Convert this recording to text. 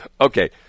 okay